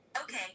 Okay